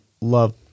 love